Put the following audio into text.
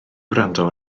wrando